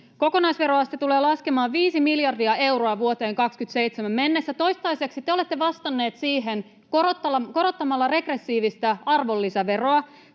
Kokonaisveroaste tulee laskemaan viisi miljardia euroa vuoteen 27 mennessä, ja toistaiseksi te olette vastanneet siihen korottamalla regressiivistä arvonlisäveroa.